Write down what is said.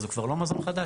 אז הוא כבר לא מזון חדש?